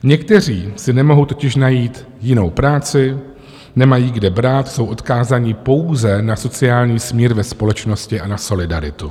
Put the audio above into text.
Někteří si nemohou totiž najít jinou práci, nemají kde brát, jsou odkázáni pouze na sociální smír ve společnosti a na solidaritu.